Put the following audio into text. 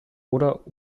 oder